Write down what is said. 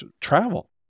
travel